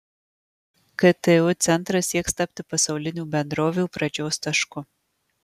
ktu centras sieks tapti pasaulinių bendrovių pradžios tašku